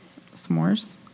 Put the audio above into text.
S'mores